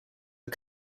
are